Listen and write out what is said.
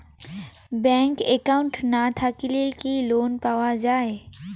Bank account না থাকিলে কি লোন পাওয়া য়ায়?